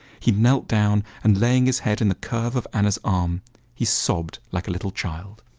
he knelt down, and laying his head in the curve of anna's arm he sobbed like a little child.